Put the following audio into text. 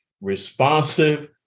responsive